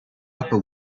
upper